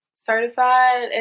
certified